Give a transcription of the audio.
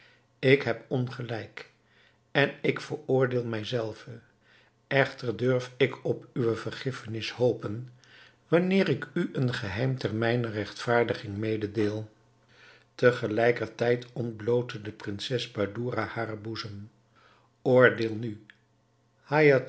ik heb ongelijk en ik veroordeel mij zelve echter durf ik op uwe vergiffenis hopen wanneer ik u een geheim ter mijner regtvaardiging mededeel te gelijker tijd ontblootte de prinses badoura haren boezem oordeel nu